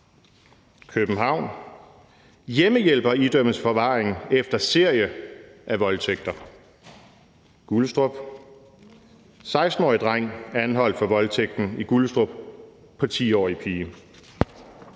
København: »Hjemmehjælper idømmes forvaring efter serie af voldtægter«. Gullestrup: 16-årig dreng anholdt for voldtægten i Gullestrup på 10-årig pige.